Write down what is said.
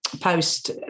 post